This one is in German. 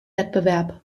wettbewerb